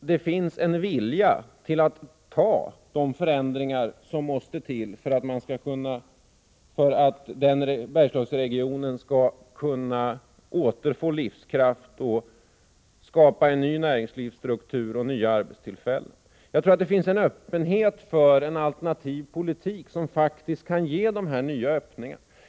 Det finns där en vilja att acceptera de förändringar som måste ske för att Bergslagsregionen skall kunna återfå livskraft och skapa en ny näringslivsstruktur och nya arbetstillfällen. Det finns där en öppenhet för en alternativ politik, som kan ge nya möjligheter.